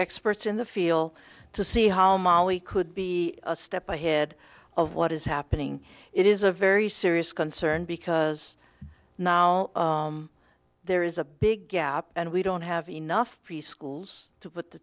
experts in the feel to see how mali could be a step ahead of what is happening it is a very serious concern because now there is a big gap and we don't have enough preschools to put the